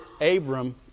Abram